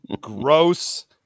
Gross